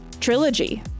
Trilogy